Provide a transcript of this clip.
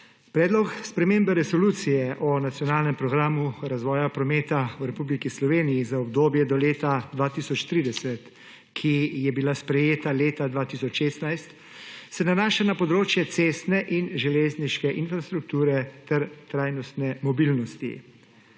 Predlog spremembe resolucije o nacionalnem programu razvoja prometa v Republiki Sloveniji za obdobje do leta 2030, ki je bila sprejeta leta 2016, se nanaša na področje cestne in železniške infrastrukture ter trajnostne mobilnosti.